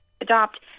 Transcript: adopt